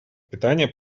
питания